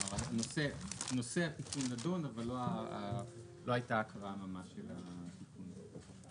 נושא התיקון נדון אבל לא הייתה הקראה ממש של התיקון הזה.